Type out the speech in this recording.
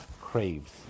craves